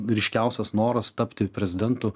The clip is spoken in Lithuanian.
ryškiausias noras tapti prezidentu